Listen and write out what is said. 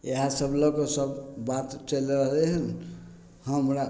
इएह सब लअ के सब बात चलि रहलयै हन हमरा